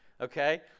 okay